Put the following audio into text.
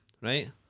right